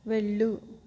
వెళ్ళు